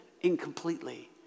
incompletely